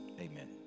amen